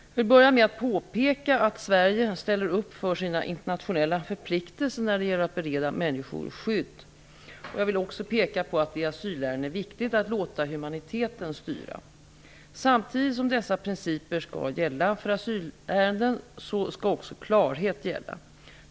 Jag vill börja med att påpeka att Sverige ställer upp för sina internationella förpliktelser när det gäller att bereda människor skydd. Jag vill också peka på att det i asylärenden är viktigt att låta humaniteten styra. Samtidigt som dessa principer skall gälla för asylärenden skall också klarhet gälla.